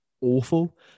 awful